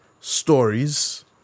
stories